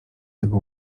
tego